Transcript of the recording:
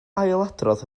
ailadrodd